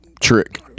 trick